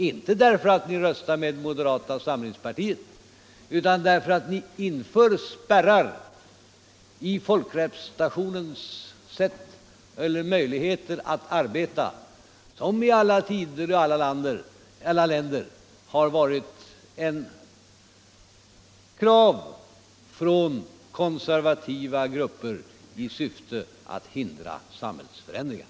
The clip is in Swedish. Inte därför att man röstar med moderata samlingspartiet, utan därför att man vill införa spärrar i folkrepresentationens möjligheter att arbeta, spärrar som i alla tider och i alla länder har varit krav från konservativa grupper i syfte att hindra samhällsförändringar.